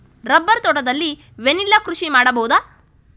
Rubber ತೋಟದಲ್ಲಿ vanilla ಕೃಷಿ ಮಾಡಬಹುದಾ?